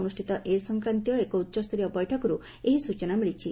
ଅନୁଷ୍ଚିତ ଏ ସଂକ୍ରାନ୍ତୀୟ ଏକ ଉଚ୍ଚସ୍ତରୀୟ ବୈଠକରୁ ଏହି ସ୍ଚଚନା ମିଳିଛି